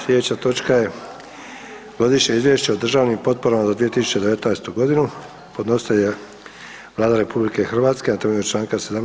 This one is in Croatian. Sljedeća točka je - Godišnje izvješće o državnim potporama za 2019. godinu Podnositelj je Vlada Republike Hrvatske na temelju članka 17.